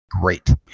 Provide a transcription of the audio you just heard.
Great